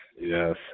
Yes